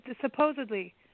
Supposedly